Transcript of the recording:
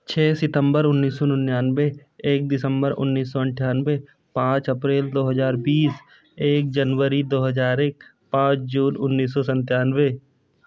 छः सितम्बर उन्नीस सौ निन्यानवे एक दिसम्बर उन्नीस सौ अट्ठानवे पाँच अप्रैल दो हज़ार बीस एक जनवरी दो हज़ार एक पाँच जून उन्नीस सौ सत्तानवे